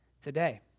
today